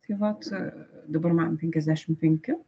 tai vat dabar man penkiasdešimt penki